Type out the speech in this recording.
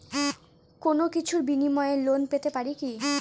কোনো কিছুর বিনিময়ে লোন পেতে পারি কি?